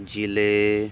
ਜ਼ਿਲ੍ਹੇ